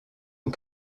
and